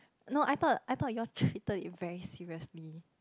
no I thought I thought you all treated it very seriously